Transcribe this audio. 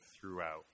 throughout